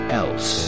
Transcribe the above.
else